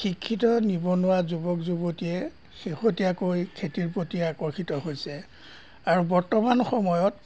শিক্ষিত নিবনুৱা যুৱক যুৱতীয়ে শেহতীয়াকৈ খেতিৰ প্ৰতি আকৰ্ষিত হৈছে আৰু বৰ্তমান সময়ত